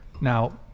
Now